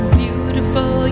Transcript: beautiful